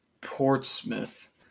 Portsmouth